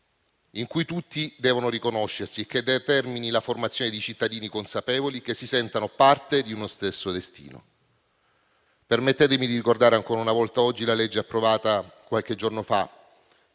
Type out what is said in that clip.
in cui tutti devono riconoscersi e che determini la formazione di cittadini consapevoli che si sentano parte di uno stesso destino. Permettetemi di ricordare ancora una volta oggi la legge approvata qualche giorno fa